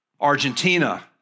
Argentina